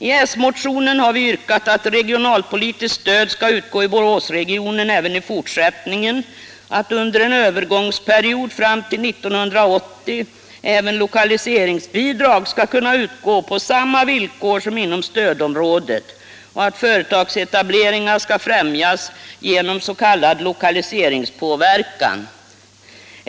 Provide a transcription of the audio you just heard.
I s-motionen har vi yrkat på att regionalpolitiskt stöd även i fortsättningen skall utgå till Boråsregionen, att under en övergångsperiod fram till 1980 även lokaliseringsbidrag skall kunna utgå på samma villkor som inom stödområdet och att företagsetableringar skall främjas genom s.k. lokaliseringspåverkan.